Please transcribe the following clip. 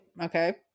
Okay